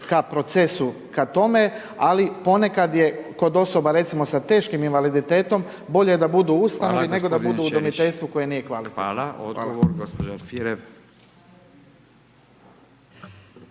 kap procesu ka tome, ali ponekad je kod osoba sa recimo teškim invaliditetom bolje da budu u ustanovi, nego da budu u udomiteljstvu koje nije kvalitetno. **Radin, Furio